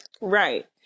Right